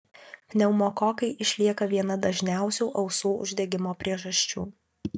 pneumokokai išlieka viena dažniausių ausų uždegimo priežasčių